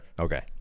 Okay